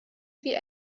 wie